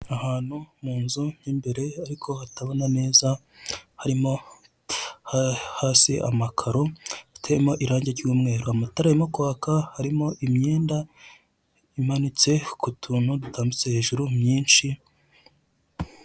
Ahantu munzu mu imbere ariko hatabona neza harimo hasi amakaro ndetse harimo irange ry'umweru, amatara arimo kwaka, harimo imyenda imanitse ku tuntu dutambitse hejuru myinshi.